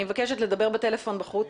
אני מבקשת לדבר בטלפון בחוץ,